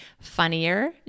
funnier